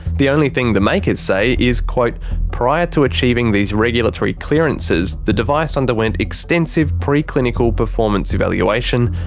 the only thing the makers say is, quote prior to achieving these regulatory clearances, the device underwent extensive pre-clinical performance evaluation,